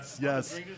yes